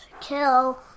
kill